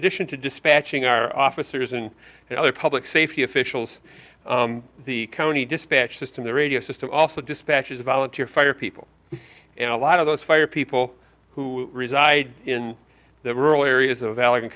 addition to dispatching our officers and other public safety officials the county dispatch system the radio system also dispatches volunteer fire people a lot of those fire people who reside in the rural areas of alleg